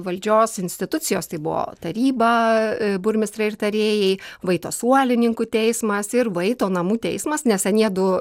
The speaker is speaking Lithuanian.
valdžios institucijos tai buvo taryba burmistrai ir tarėjai vaito suolininkų teismas ir vaito namų teismas nes anie du